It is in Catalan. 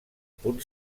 punt